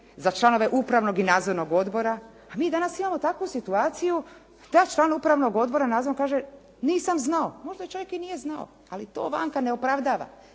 za članove upravnog i nadzornog odbora. A mi danas imamo takvu situaciju da član upravnog odbora i nadzornog kaže nisam znao. Možda čovjek i nije znao ali to vanka ne opravdava.